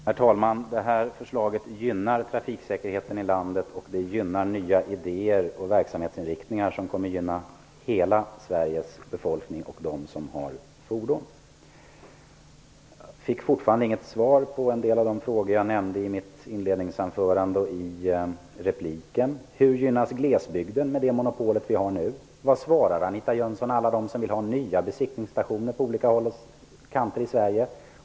Herr talman! Detta förslag gynnar trafiksäkerheten i landet samt nya idéer och verksamhetsinriktningar, vilket i sin tur gynnar hela Sveriges befolkning och dem som har fordon. Jag fick fortfarande inte något svar på de frågor som jag ställde i mitt inledningsanförande och i repliken. Hur gynnas glesbygden med det nuvarande monopolet? Vad svarar Anita Jönsson alla de människor som vill ha nya besiktningsstationer på olika håll och kanter i Sverige?